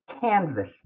canvas